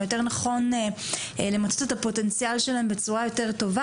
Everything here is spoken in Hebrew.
או יותר נכון למצות את הפוטנציאל שלהם בצורה יותר טובה